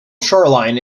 shoreline